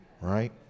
right